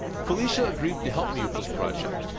felicia agreed to help me with this project.